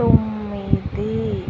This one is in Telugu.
తొమ్మిది